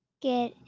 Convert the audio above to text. get